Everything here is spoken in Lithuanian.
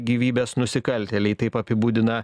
gyvybės nusikaltėliai taip apibūdina